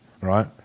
right